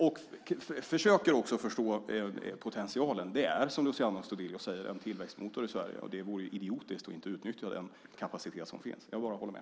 Jag försöker förstå potentialen. Det är, som Luciano Astudillo säger, en tillväxtmotor i Sverige. Det vore idiotiskt att inte utnyttja den kapacitet som finns. Jag kan bara hålla med.